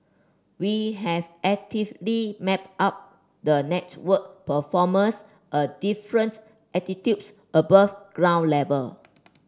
we have actively mapped out the network performance a different altitudes above ground level